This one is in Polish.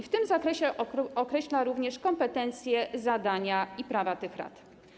W tym zakresie określa również kompetencje, zadania i prawa tych rad.